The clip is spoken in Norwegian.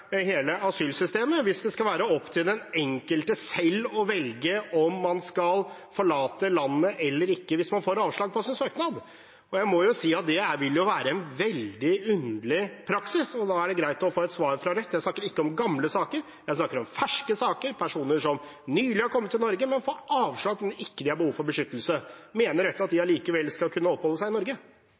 skal forlate landet eller ikke hvis man får avslag på sin søknad. Jeg må si at det ville være en veldig underlig praksis, og da er det greit å få et svar fra Rødt. Jeg snakker ikke om gamle saker. Jeg snakker om ferske saker – personer som nylig har kommet til Norge, men får avslag fordi de ikke har behov for beskyttelse. Mener Rødt at de allikevel skal kunne oppholde seg i Norge?